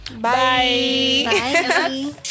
Bye